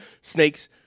snakes